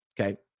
okay